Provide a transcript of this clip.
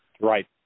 Right